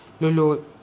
Lulu